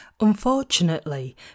Unfortunately